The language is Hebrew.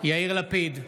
יאיר לפיד,